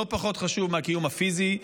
לא פחות חשוב מהקיום הפיזי,